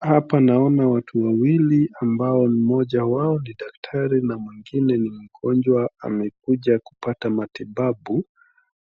Hapa naona watu wawili ambao mmoja wao ni daktari na mwingine ni mgonjwa amekuja kupata matibabu